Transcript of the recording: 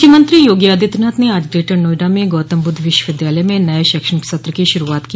मुख्यमंत्री योगी आदित्यनाथ ने आज ग्रेटर नोएडा में गौतमबुद्ध विश्वविद्यालय में नये शैक्षणिक सत्र की शुरूआत की